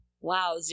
wow